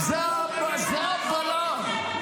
--- זה הבלם.